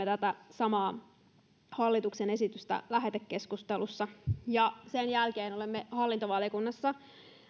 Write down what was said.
tätä samaa hallituksen esitystä lähetekeskustelussa ja sen jälkeen olemme hallintovaliokunnassa